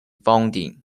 founding